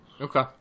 Okay